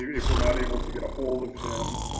yeah if we're not able to get ahold of him,